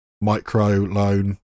micro-loan